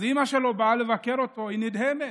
אז אימא שלו באה לבקר אותו, והיא נדהמת.